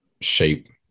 shape